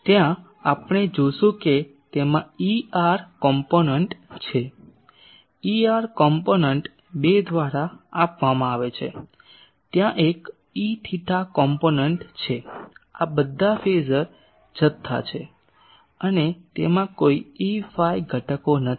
Refer Slide Time 0815 ત્યાં આપણે જોશું કે તેમાં Er ઘટકો છે Er ઘટકો 2 દ્વારા આપવામાં આવે છે ત્યાં એક Eθ ઘટકો છે આ બધા ફેઝર જથ્થા છે અને તેમાં કોઈ Eϕ ઘટકો નથી